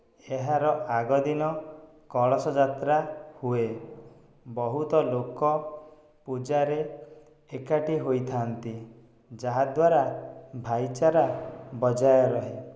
ଏହାର ଆଗ ଦିନ କଳସ ଯାତ୍ରା ହୁଏ ବହୁତ ଲୋକ ପୂଜାରେ ଏକାଠି ହୋଇଥାନ୍ତି ଯାହାଦ୍ୱାରା ଭାଇଚାରା ବଜାୟ ରହେ